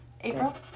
April